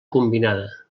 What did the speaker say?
combinada